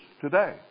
today